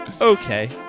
Okay